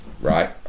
right